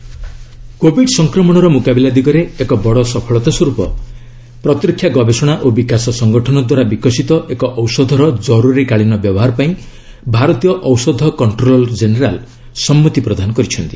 DRDO drug Covid ସଂକ୍ରମଣର ମୁକାବିଲା ଦିଗରେ ଏକ ବଡ଼ ସଫଳତା ସ୍ୱରୂପ ପ୍ରତିରକ୍ଷା ଗବେଷଣା ଓ ବିକାଶ ସଂଗଠନ ଦ୍ୱାରା ବିକଶିତ ଏକ ଔଷଧର ଜରୁରୀକାଳୀନ ବ୍ୟବହାର ପାଇଁ ଭାରତୀୟ ଔଷଧ କଷ୍ଟ୍ରୋଲୋର ଜେନେରାଲ୍ ସମ୍ମତି ପ୍ରଦାନ କରିଛନ୍ତି